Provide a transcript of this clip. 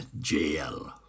Jail